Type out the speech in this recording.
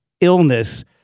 illness